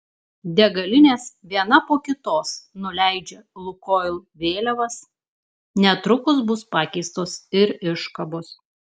degalinės viena po kitos nuleidžia lukoil vėliavas netrukus bus pakeistos ir iškabos